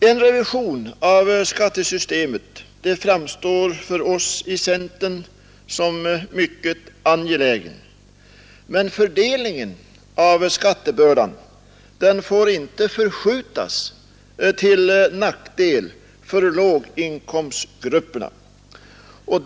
En revision av skattesystemet framstår för oss inom centern som mycket angelägen, men fördelningen av skattebördan får inte förskjutas till nackdel för låginkomstgrupperna.